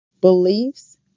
Beliefs